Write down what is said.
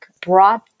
brought